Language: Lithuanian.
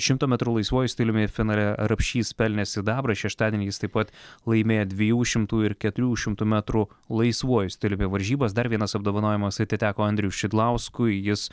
šimto metrų laisvuoju stiliumi finale rapšys pelnė sidabrą šeštadienį jis taip pat laimėjo dviejų šimtų ir keturių šimtų metrų laisvuoju stiliumi varžybas dar vienas apdovanojimas atiteko andriui šidlauskui jis